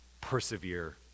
persevere